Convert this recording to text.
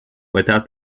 without